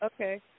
okay